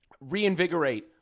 reinvigorate